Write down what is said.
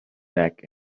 back